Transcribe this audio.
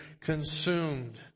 consumed